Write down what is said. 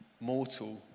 mortal